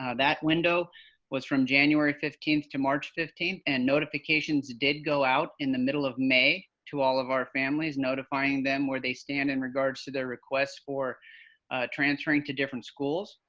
ah that window was from january fifteenth to march fifteenth and notifications did go out in the middle of may to all of our families, notifying them where they stand in regards to their requests for transferring to different schools.